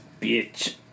bitch